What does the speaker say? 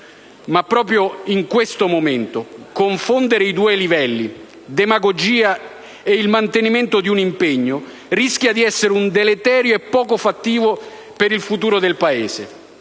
Ma proprio in questo momento, confondere i due livelli - la demagogia e il mantenimento di un impegno - rischia di essere deleterio e poco fattivo per il futuro del Paese: